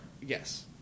Yes